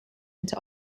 into